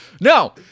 No